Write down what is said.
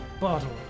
bottle